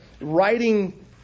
writing